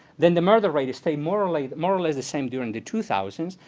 then the murder rate has stayed more or like more or less the same during the two thousand s.